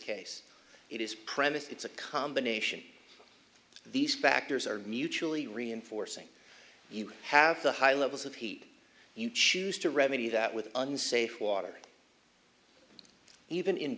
case it is premised it's a combination of these factors are mutually reinforcing you have high levels of heat you choose to remedy that with unsafe water even in